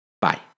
Bye